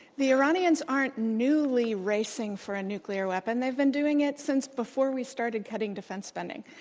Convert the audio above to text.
the iranians aren't newly racing for a nuclear weapon. they've been doing it since before we started cutting defense spending.